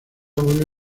vuelve